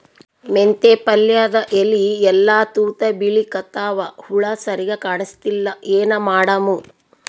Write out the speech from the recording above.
ಮೆಂತೆ ಪಲ್ಯಾದ ಎಲಿ ಎಲ್ಲಾ ತೂತ ಬಿಳಿಕತ್ತಾವ, ಹುಳ ಸರಿಗ ಕಾಣಸ್ತಿಲ್ಲ, ಏನ ಮಾಡಮು?